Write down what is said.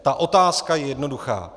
Ta otázka je jednoduchá.